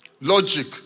Logic